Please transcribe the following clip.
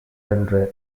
றென்ற